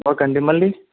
okay అండి మల్లి